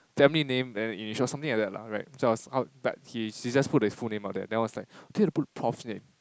family name and initial something like that lah right so but he just put the full name out there then I was like need to put prof name